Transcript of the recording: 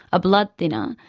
a blood thinner,